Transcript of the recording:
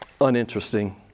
uninteresting